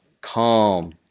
calm